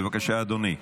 בבקשה, אדוני.